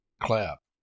Clap